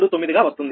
29 గా వస్తుంది